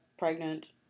Pregnant